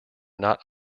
not